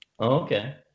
okay